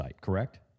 correct